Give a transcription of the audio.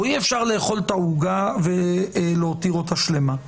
או אי-אפשר לאכול את העוגה ולהותיר אותה שלמה.